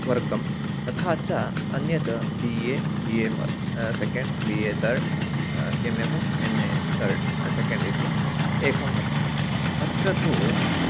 वर्गं तथा च अन्यत् बि ए बि ए अपि second B A third M A first M A third second इति एकं वर्गम् अत्र तु